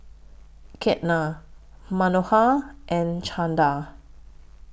Ketna Manohar and Chanda